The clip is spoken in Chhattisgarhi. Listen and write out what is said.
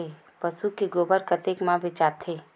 पशु के गोबर कतेक म बेचाथे?